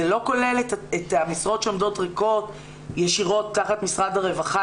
זה לא כולל את המשרות שעומדות ריקות ישירות תחת משרד הרווחה,